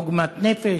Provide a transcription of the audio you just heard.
עוגמת נפש,